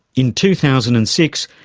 in two thousand and six,